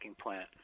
plant